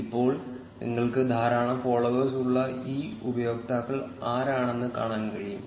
ഇപ്പോൾ നിങ്ങൾക്ക് ധാരാളം ഫോളോവേഴ്സ് ഉള്ള ഈ ഉപയോക്താക്കൾ ആരാണെന്ന് കാണാൻ കഴിയും